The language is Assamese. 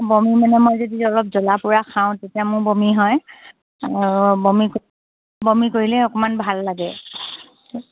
বমি মানে মই যদি অলপ জলাপোৰা খাওঁ তেতিয়া মোৰ বমি হয় বমি বমি কৰিলে অকমান ভাল লাগে